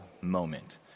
moment